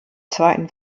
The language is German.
zweiten